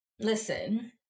listen